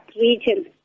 region